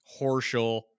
Horschel